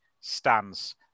stance